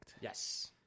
Yes